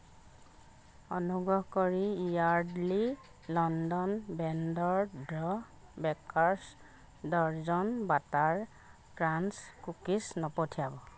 অনুগ্ৰহ কৰি Yardley London ব্ৰেণ্ডৰ the baker's dozen butter crunch cookies নপঠিয়াব